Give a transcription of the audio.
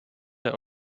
der